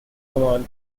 command